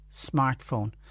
smartphone